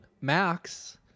max